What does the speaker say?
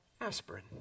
aspirin